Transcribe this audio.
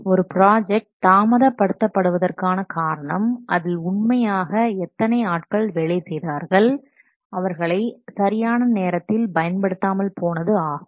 ஒரு ப்ராஜெக்ட் தாமதப்படுத்தபடுவதற்கான காரணம் அதில் உண்மையாக எத்தனை ஆட்கள் வேலை செய்தார்கள் அவர்களை சரியான நேரத்தில் பயன்படுத்தாமல் போனது ஆகும்